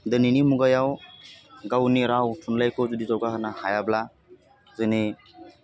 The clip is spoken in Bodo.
दोनैनि मुगायाव गावनि राव थुनलाइखौ जुदि जौगाहोनो हायाब्ला जोंनि